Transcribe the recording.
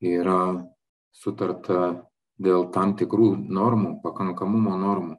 yra sutarta dėl tam tikrų normų pakankamumo normų